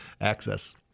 access